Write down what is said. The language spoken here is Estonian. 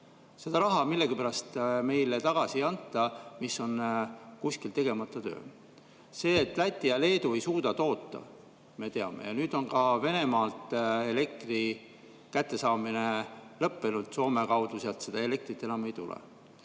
Seda raha millegipärast meile tagasi ei anta, see on kuskil tegemata töö. Seda, et Läti ja Leedu ei suuda toota, me teame. Nüüd on ka Venemaalt elektri saamine lõppenud, Soome kaudu sealt seda elektrit enam ei tule.